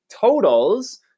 totals